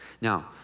Now